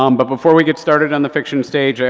um but before we get started on the fiction stage,